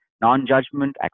non-judgment